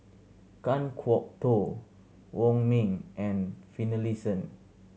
Kan Kwok Toh Wong Ming and Finlayson